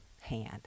hand